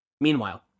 Meanwhile